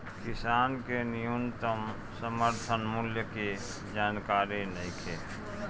किसान के न्यूनतम समर्थन मूल्य के जानकारी नईखे